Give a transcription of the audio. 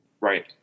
right